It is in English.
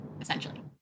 essentially